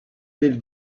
del